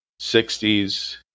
60s